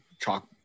chalk